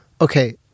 Okay